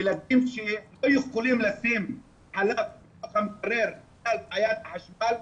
ילדים שלא יכולים לשים חלב במקרר בגלל בעיית חשמל,